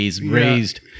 raised